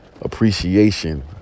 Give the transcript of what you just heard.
appreciation